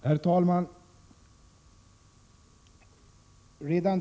Herr talman!